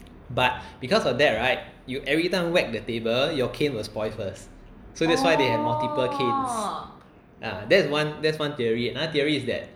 but because of that right you every time whack the table your cane will spoil first so that's why they have multiple canes ah that's one that's one theory another theory is that